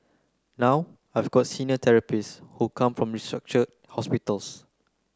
now I've got senior therapists who come from restructured hospitals